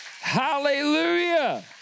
Hallelujah